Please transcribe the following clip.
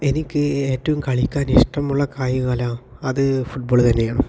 എനിക്ക് ഏറ്റവും കളിക്കാനിഷ്ടമുള്ള കായികകല അത് ഫുട്ബോൾ തന്നെയാണ്